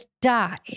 die